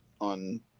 on